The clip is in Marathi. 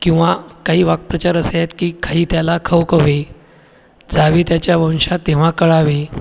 किंवा काही वाकप्रचार असे आहेत की खाई त्याला खवखवे जावे त्याच्या वंशात तेव्हा कळावे